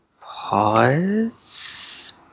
pause